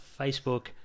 Facebook